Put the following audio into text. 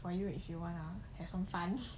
for you if you want to have some fun